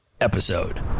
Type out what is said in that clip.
episode